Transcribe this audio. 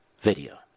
video